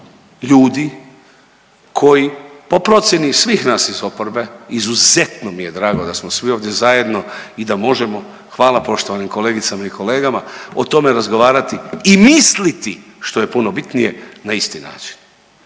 ljudi koji po procjeni svih nas iz oporbe izuzetno mi je drago da smo svi ovdje zajedno i da možemo, hvale poštovanim kolegicama i kolegama o tome razgovarati i misliti što je puno bitnije na isti način.